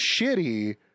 shitty